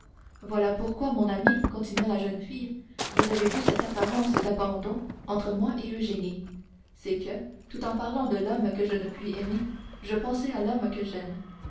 voilà pourquoi mon ami continua la jeune fille vous avez vu cette apparence d'abandon entre moi et eugénie c'est que tout en parlant de l'homme que je ne puis aimer je pensais à l'homme que j'aime